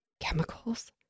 Chemicals